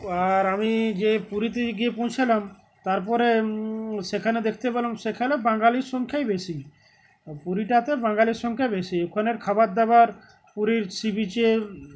আর আমি যে পুরীতে গিয়ে পৌঁছালাম তারপরে সেখানে দেখতে পেললাম সেখানে বাঙালির সংখ্যাই বেশি পুরীটাতে বাঙালির সংখ্যা বেশি ওখানের খাবারদাবার পুরীর সি বিচে